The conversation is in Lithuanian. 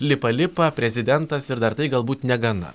lipa lipa prezidentas ir dar tai galbūt negana